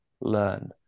learn